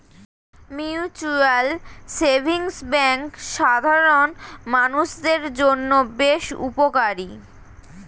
mutual savings bank সাধারণ মানুষদের জন্য বেশ উপকারী